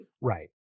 Right